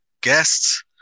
guests